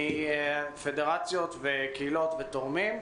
מפדרציות, קהילות ותורמים.